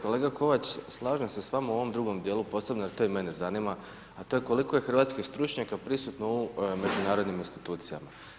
Kolega Kovač, slažem se s vama u ovom drugom dijelu, posebno jer i to mene zanima, a to je koliko je hrvatskih stručnjaka prisutno u ovom međunarodnim institucijama.